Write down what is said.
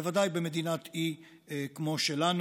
בוודאי במדינת אי כמו שלנו.